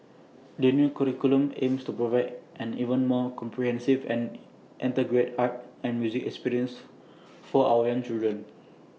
the new curriculum aims to provide an even more comprehensive and integrated art and music experience for our young children